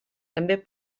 també